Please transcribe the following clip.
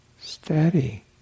steady